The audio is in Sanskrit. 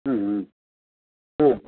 ओ